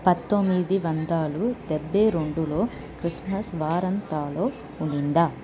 పంతొమ్మిది వందల డెబ్బై రెండులో క్రిస్మస్ వారంతంలో ఉన్నదా